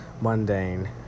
mundane